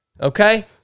Okay